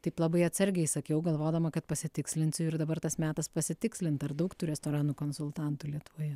taip labai atsargiai sakiau galvodama kad pasitikslinsiu ir dabar tas metas pasitikslint ar daug tų restoranų konsultantų lietuvoje